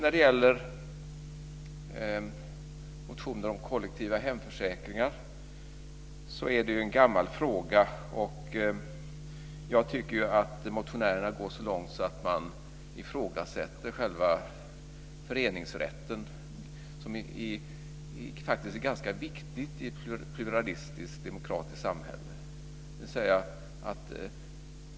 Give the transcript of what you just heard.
När det gäller motioner om kollektiva hemförsäkringar kan jag säga att det är en gammal fråga. Jag tycker att motionärerna går så långt att de ifrågasätter själva föreningsrätten, som faktiskt är ganska viktig i ett pluralistiskt demokratiskt samhälle.